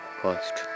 cost